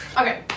Okay